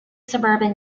suburban